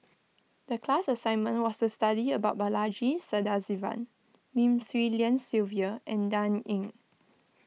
the class assignment was to study about Balaji Sadasivan Lim Swee Lian Sylvia and Dan Ying